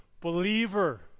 Believer